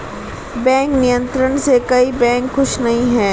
bank नियंत्रण से कई बैंक खुश नही हैं